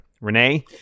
Renee